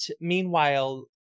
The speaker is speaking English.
meanwhile